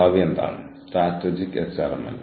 ജോലി സമയം അതായത് അത് ദീർഘകാലമാണെങ്കിൽ